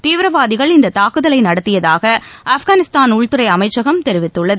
தீவிரவாதிகள் இந்த தாக்குதலை நடத்தியதாக ஆப்கானிஸ்தான் உள்துறை அமைச்சகம் தெரிவித்துள்ளது